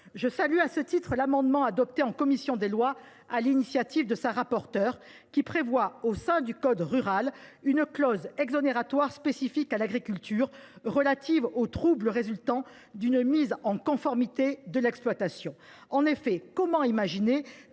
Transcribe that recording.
Je salue à ce titre l’amendement adopté en commission des lois, sur l’initiative de sa rapporteure, qui prévoit, au sein du code rural et de la pêche maritime, une clause exonératoire spécifique à l’agriculture, relative aux troubles résultant d’une mise en conformité de l’exploitation. Comment imaginer